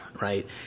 right